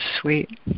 sweet